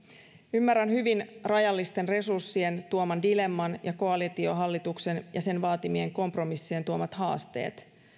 ymmärrän hyvin rajallisten resurssien tuoman dilemman ja koalitiohallituksen ja sen vaatimien kompromissien tuomat haasteet